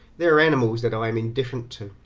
there are animals that i am indifferent to,